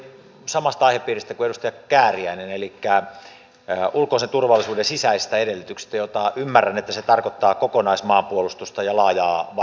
kysymykseni on samasta aihepiiristä kuin edustaja kääriäisellä elikkä ulkoisen turvallisuuden sisäisistä edellytyksistä joiden ymmärrän tarkoittavan kokonaismaanpuolustusta ja laajaa varautumista